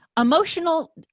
Emotional